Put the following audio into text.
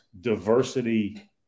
diversity